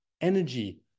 energy